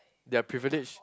their privilege